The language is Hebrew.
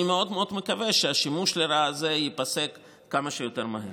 אני מאוד מקווה שהשימוש לרעה הזה ייפסק כמה שיותר מהר.